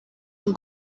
ngo